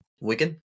Wigan